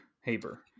Haber